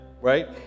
right